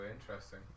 interesting